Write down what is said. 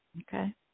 Okay